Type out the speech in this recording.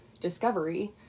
discovery